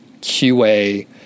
QA